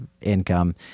income